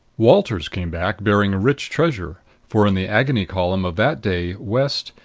walters came back bearing rich treasure, for in the agony column of that day west,